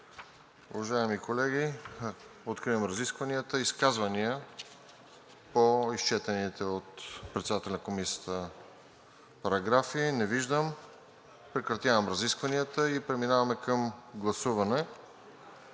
Уважаеми колеги, откривам разискванията. Изказвания по изчетените от председателя на Комисията параграфи? Не виждам. Прекратявам разискванията и преминаваме към гласуване,